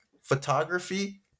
Photography